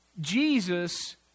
Jesus